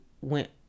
went